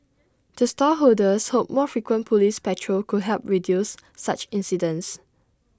the stall holders hope more frequent Police patrol could help reduce such incidents